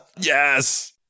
Yes